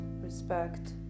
Respect